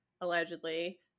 allegedly